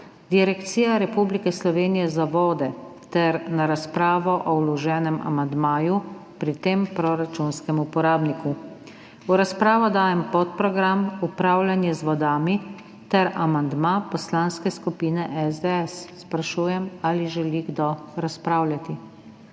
Direkcija Republike Slovenije za vode ter na razpravo o vloženem amandmaju pri tem proračunskem uporabniku. V razpravo dajem podprogram Upravljanje z vodami ter amandma Poslanske skupine SDS. Sprašujem, ali želi kdo razpravljati.